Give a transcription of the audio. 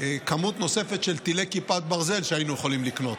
לכמות נוספת של טילי כיפת ברזל שהיינו יכולים לקנות,